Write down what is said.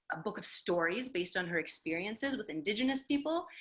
a book of stories based on her experiences with indigenous people,